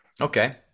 Okay